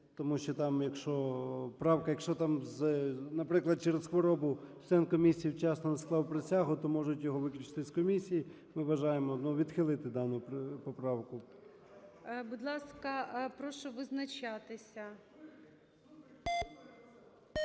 якщо там, наприклад, через хворобу член комісії вчасно не склав присягу, то можуть його виключити з комісії. Ми вважаємо, ну, відхилити дану поправку. ГОЛОВУЮЧИЙ. Будь ласка, прошу визначатися.